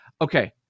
Okay